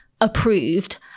approved